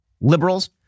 liberals